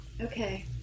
Okay